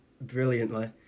brilliantly